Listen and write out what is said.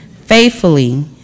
faithfully